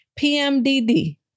PMDD